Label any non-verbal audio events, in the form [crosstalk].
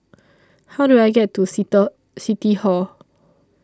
How Do I get to [unintelligible] City Hall